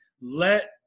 let